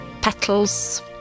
petals